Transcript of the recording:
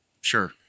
Sure